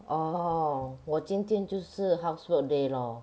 orh 我今天就是 housework day lor